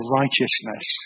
righteousness